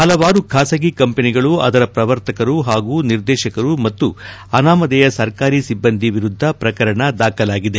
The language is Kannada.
ಹಲವಾರು ಖಾಸಗಿ ಕಂಪನಿಗಳು ಅದರ ಪ್ರವರ್ತಕರು ಹಾಗೂ ನಿರ್ದೇಶಕರು ಮತ್ತು ಅನಾಮದೇಯ ಸರ್ಕಾರಿ ಸಿಬ್ಲಂದಿ ವಿರುದ್ದ ಪ್ರಕರಣ ದಾಖಲಾಗಿದೆ